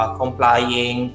complying